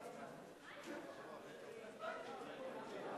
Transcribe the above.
מס' 8),